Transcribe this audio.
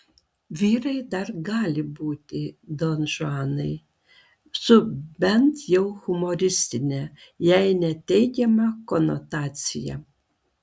vyrai dar gali būti donžuanai su bent jau humoristine jei ne teigiama konotacija